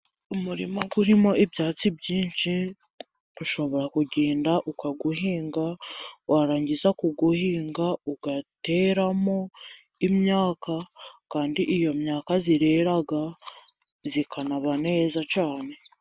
Umurima urimo ibyatsi byinshi, ushobora kugenda ukawuhinga warangiza kuwuhinga ugateramo imyaka, kandi iyo myaka irera ikaba neza cyane.